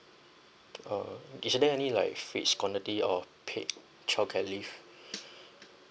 uh is there any like fixed quality or paid childcare leave